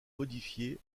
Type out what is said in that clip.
modifiés